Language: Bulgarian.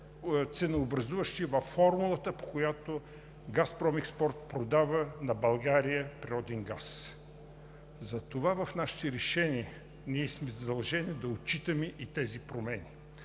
ценообразуващи във формулата, по която „Газпромекспорт“ продава на България природен газ. Затова в нашите решения сме задължени да отчитаме и тези промени.